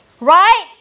right